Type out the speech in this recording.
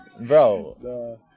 Bro